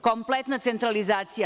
Kompletna centralizacija.